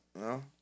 No